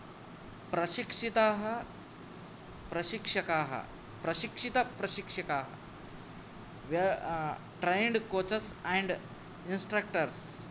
प्रशिक्षिताः प्रशिक्षकाः प्रशिक्षितप्रशिक्षकाः ट्रैण्ड् कोचस् एण्ड् इन्स्ट्रक्टर्स्